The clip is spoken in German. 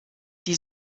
die